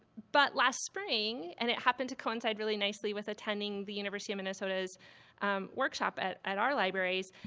but last spring and it happened to coincide really nicely with attending the university of minnesota's workshop at at our libraries